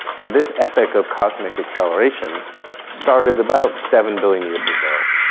so this epic of cosmic acceleration started about seven billion years ago.